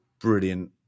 brilliant